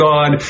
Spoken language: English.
God